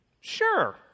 Sure